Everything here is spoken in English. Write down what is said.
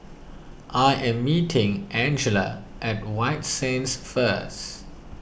I am meeting Angela at White Sands first